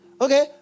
Okay